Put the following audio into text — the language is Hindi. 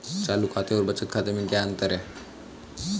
चालू खाते और बचत खाते में क्या अंतर है?